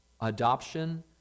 adoption